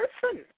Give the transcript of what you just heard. person